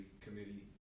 Committee